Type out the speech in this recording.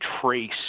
trace